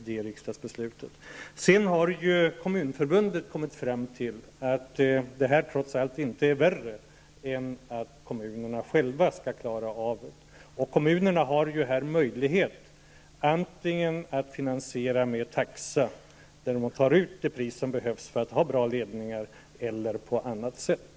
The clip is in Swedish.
Dessutom har Kommunförbundet kommit fram till att problemet, trots allt, inte är värre än att kommunerna själva skall kunna klara av det. Kommunerna har här möjlighet att finansiera det hela antingen medelst taxa, nämligen att ta ut det pris som behövs för att få bra ledningar, eller på annat sätt.